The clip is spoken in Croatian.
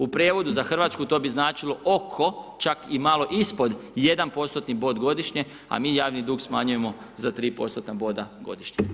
U prijevodu za Hrvatsku to bi značilo oko, čak i malo ispod jedan postotni bod godišnje, a mi javni dug smanjujemo za 3%-tna boda godišnje.